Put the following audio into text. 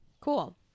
Cool